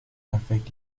affect